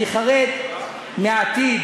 אני חרד מהעתיד,